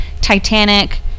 Titanic